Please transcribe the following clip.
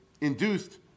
induced